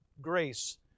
grace